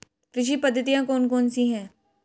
कृषि पद्धतियाँ कौन कौन सी हैं?